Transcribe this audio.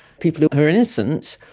people who are innocent,